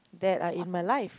that are in my life